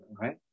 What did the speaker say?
right